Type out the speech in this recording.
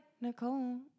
Nicole